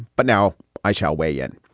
but now i shall weigh in.